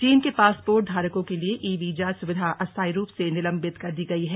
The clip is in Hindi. चीन के पासपोर्ट धारकों के लिए ई वीजा सुविधा अस्थाई रूप से निलंबित कर दी गई है